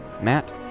Matt